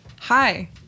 Hi